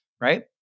Right